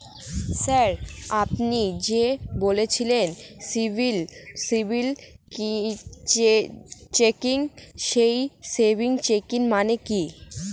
Sir আপনি যে বললেন সিবিল চেকিং সেই সিবিল চেকিং মানে কি?